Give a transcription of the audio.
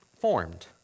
formed